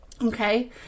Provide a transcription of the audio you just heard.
Okay